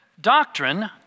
Doctrine